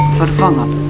vervangen